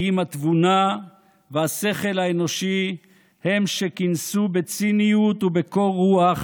כי אם התבונה והשכל האנושי הם שכינסו בציניות ובקור רוח